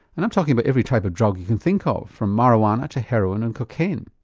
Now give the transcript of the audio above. and i'm talking about every type of drug you can think of, from marijuana to heroin and cocaine.